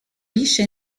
riche